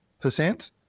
percent